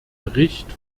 bericht